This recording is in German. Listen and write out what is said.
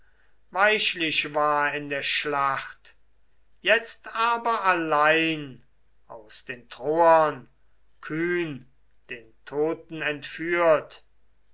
weichlich war in der schlacht jetzt aber allein aus den troern kühn den toten entführt